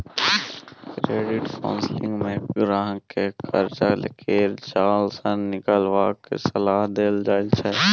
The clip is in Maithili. क्रेडिट काउंसलिंग मे गहिंकी केँ करजा केर जाल सँ निकलबाक सलाह देल जाइ छै